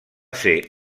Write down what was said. ser